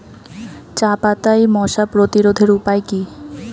চাপাতায় মশা প্রতিরোধের উপায় কি?